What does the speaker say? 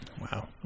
wow